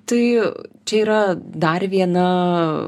tai čia yra dar viena